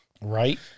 Right